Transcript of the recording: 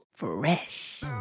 fresh